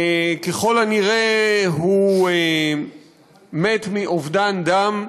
ככל הנראה הוא מת מאובדן דם,